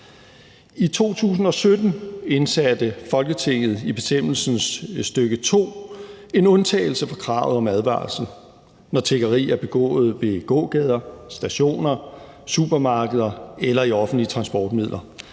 I 2017 indsatte Folketinget i bestemmelsens stk. 2 en undtagelse fra kravet om advarsel, når tiggeri er begået i gågader, på stationer, i supermarkeder eller i offentlige transportmidler.